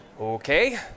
Okay